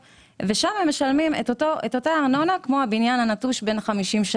ובבניין המפואר משלמים את אותה הארנונה כמו בבניין הנטוש בן ה-50.